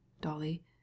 Dolly